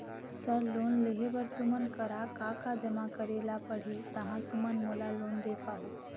Sir loan लेहे बर तुमन करा का का जमा करें ला पड़ही तहाँ तुमन मोला लोन दे पाहुं?